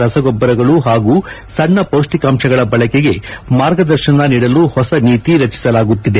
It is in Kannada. ರಸಗೊಬ್ಬರಗಳು ಹಾಗೂ ಸಣ್ಣ ಪೌಷ್ವಿಕಾಂಶಗಳ ಬಳಕೆಗೆ ಮಾರ್ಗದರ್ಶನ ನೀಡಲು ಹೊಸ ನೀತಿ ರಚಿಸಲಾಗುತ್ತಿದೆ